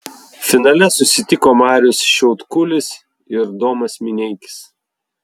finale susitiko marius šiaudkulis ir domas mineikis